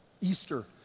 Easter